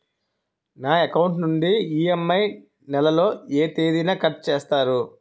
నా అకౌంట్ నుండి ఇ.ఎం.ఐ నెల లో ఏ తేదీన కట్ చేస్తారు?